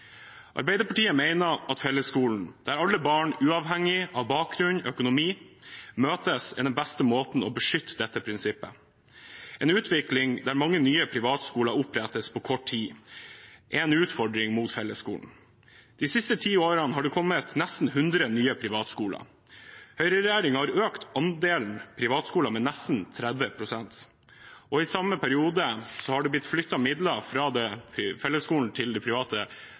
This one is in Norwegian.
Arbeiderpartiet mener at fellesskolen, der alle barn møtes uavhengig av bakgrunn og økonomi, er den beste måten å beskytte dette prinsippet på. En utvikling der mange nye privatskoler opprettes på kort tid, utfordrer fellesskolen. De siste ti årene har det kommet nesten hundre nye privatskoler. Høyre-regjeringen har økt andelen privatskoler med nesten 30 pst. I samme periode har det blitt flyttet midler fra fellesskolen til